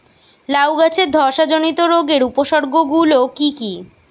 লাউ গাছের ধসা জনিত রোগের উপসর্গ গুলো কি কি?